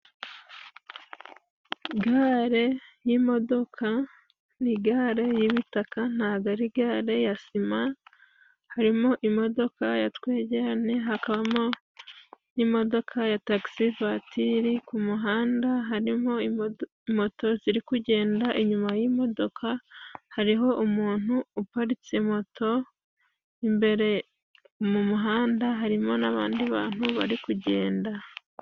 Gare y'imodoka ni gare y'ibitaka ntago ari gare ya sima, harimo imodoka ya twegerane, hakabamo n'imodoka ya taxi vuwatiri. Ku muhanda harimo moto ziri kugenda inyuma y'imodoka, hariho umuntu uparitse moto imbere mu muhanda harimo n'abandi bantu bari kugenda.